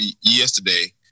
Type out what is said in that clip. yesterday